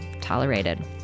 tolerated